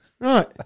right